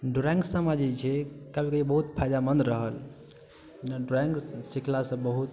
drawing सभमे जे छै कभी कभी बहुत फायदामन्द रहल ड्रॉइंग सिखलासँ बहुत